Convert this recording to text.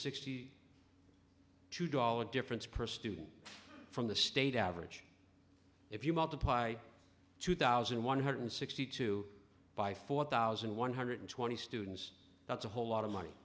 sixty two dollars difference per student from the state average if you multiply two thousand one hundred sixty two by four thousand one hundred twenty students that's a whole lot of money